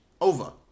over